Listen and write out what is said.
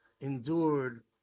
endured